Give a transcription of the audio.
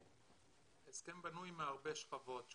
בנוי מהרבה שכבות.